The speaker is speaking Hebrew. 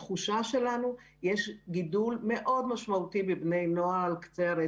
שלנו יש גידול מאוד משמעותי בבני נוער על קצה הרצף.